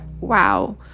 wow